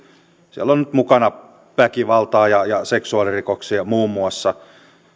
siellä on mukana väkivaltaa ja ja seksuaalirikoksia muun muassa